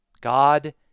God